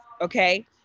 Okay